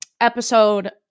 episode